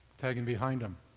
tagging behind them.